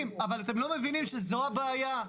אתם לא מבינים שזו הבעיה?